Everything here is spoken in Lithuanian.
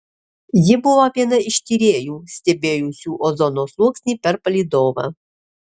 ji buvo viena iš tyrėjų stebėjusių ozono sluoksnį per palydovą